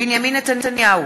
בנימין נתניהו,